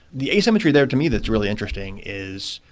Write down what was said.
the asymmetry there to me that's really interesting is,